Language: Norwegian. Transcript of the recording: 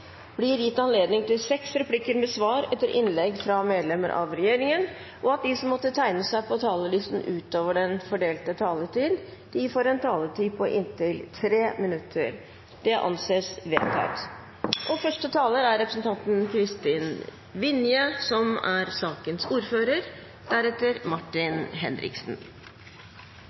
blir gitt anledning til seks replikker med svar etter innlegg fra medlem av regjeringen innenfor den fordelte taletid, og at de som måtte tegne seg på talerlisten utover den fordelte taletid, får en taletid på inntil 3 minutter. – Det anses vedtatt. Jeg vil innlede med å si at Stortinget er